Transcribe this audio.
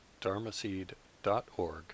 dharmaseed.org